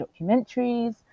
documentaries